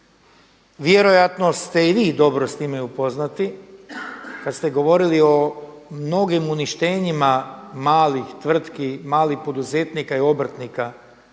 vjerojatno ste i vi s time dobro upoznati kada ste govorili o mnogim uništenjima malih tvrtki, malih poduzetnika i obrtnika,